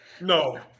No